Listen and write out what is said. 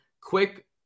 quick